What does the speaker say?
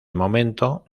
momento